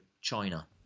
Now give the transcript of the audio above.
China